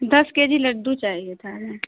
دس K G laddoo چاہیے تھا ہمیں